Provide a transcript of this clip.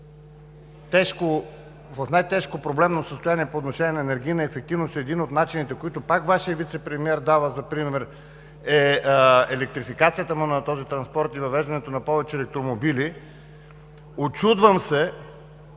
е в най-тежко проблемно състояние по отношение на енергийна ефективност и един от начините, които пак Вашият вицепремиер дава за пример, е електрификацията на този транспорт и въвеждането на повече електромобили. Учудвам се